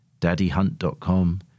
DaddyHunt.com